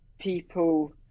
people